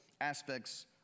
aspects